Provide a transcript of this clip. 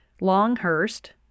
Longhurst